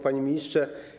Panie Ministrze!